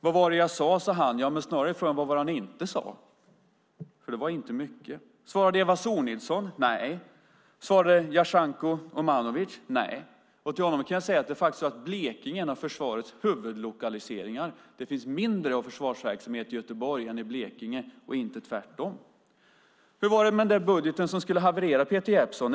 Vad var det jag sade? sade han. Frågan är snarare vad han inte sade, för det var inte mycket. Svarade Eva Sonidsson? Nej. Svarade Jasenko Omanovic? Nej. Till honom kan jag säga att Blekinge är en av försvarets huvudlokaliseringar. Det finns mindre försvarsverksamhet i Göteborg än i Blekinge, inte tvärtom. Hur var det med budgeten som skulle haverera, Peter Jeppsson?